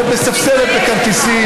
ואת מספסרת בכרטיסים.